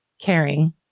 caring